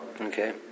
Okay